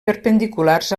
perpendiculars